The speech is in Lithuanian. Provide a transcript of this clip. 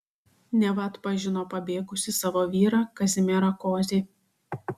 neva atpažino pabėgusį savo vyrą kazimierą kozį